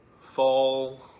fall